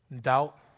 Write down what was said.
doubt